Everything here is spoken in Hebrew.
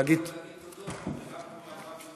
לראות את חברי חברי הכנסת החרדים,